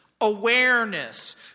awareness